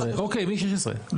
מ-16',